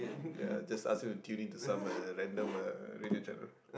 ya just ask him to tune in to some uh random uh radio channel